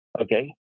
Okay